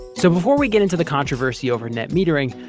so before we get into the controversy over net metering,